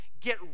get